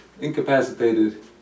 incapacitated